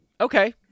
Okay